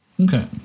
Okay